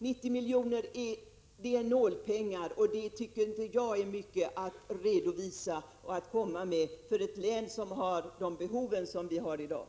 90 miljoner är nålpengar, och jag tycker inte att det är mycket att redovisa för ett län med sådana stora behov som Gävleborgs län.